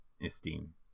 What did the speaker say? esteem